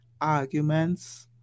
arguments